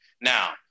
Now